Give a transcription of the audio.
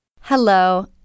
Hello